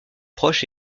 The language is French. proche